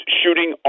shooting